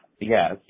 yes